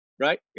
right